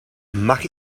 mag